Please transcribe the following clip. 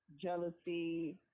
jealousy